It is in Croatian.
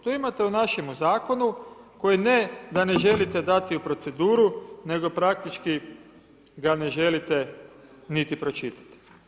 To imate u našemu zakonu, koji ne da ne želite dati u proceduru, nego praktički ga ne želite niti pročitati.